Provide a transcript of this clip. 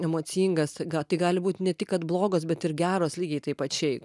emocingas ga tai gali būt ne tik kad blogos bet ir geros lygiai taip pačiai